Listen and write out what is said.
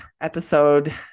episode